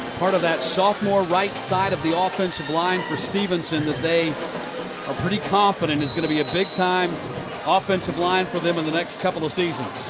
part of that sophomore right side of the um offensive line for stephenson that they are pretty confident is going to be a big-time ah offensive line for them in the next couple of seasons.